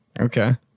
okay